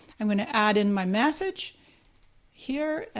i'm gonna add in my message here,